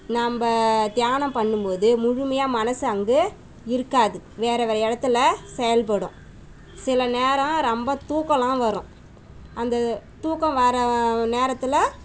நம்ம தியானம் பண்ணும் போது முழுமையாக மனசு அங்கே இருக்காது வேறு வேறு இடத்துல செயல்படும் சில நேரம் ரொம்ப தூக்கமெலாம் வரும் அந்த தூக்கம் வர நேரத்தில்